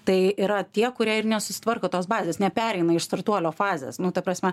tai yra tie kurie ir nesusitvarko tos bazės nepereina iš startuolio fazės nu ta prasme